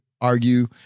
argue